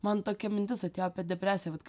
man tokia mintis atėjo apie depresiją vat kai